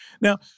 Now